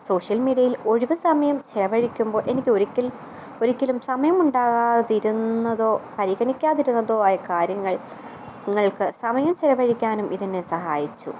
social മീഡ്യിയൽ ഒഴിവുസമയം ചെലവഴിക്കുമ്പോൾ എനിക്ക് ഒരിക്കൽ ഒരിക്കലും സമയമുണ്ടാകാതിരുന്നതോ പരിഗണിക്കാതിരുന്നതോ ആയ കാര്യങ്ങൾ ങ്ങൾക്ക് സമയം ചെലവഴിക്കാനും ഇതെന്നെ സഹായിച്ചു